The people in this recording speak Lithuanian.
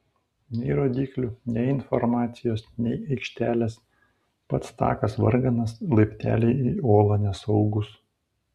nei rodyklių nei informacijos nei aikštelės pats takas varganas laipteliai į olą nesaugūs